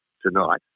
tonight